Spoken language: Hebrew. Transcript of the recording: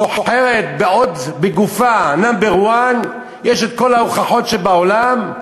סוחרת בגופה number 1. יש את כל ההוכחות שבעולם.